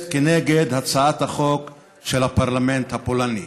כנגד הצעת החוק של הפרלמנט הפולני.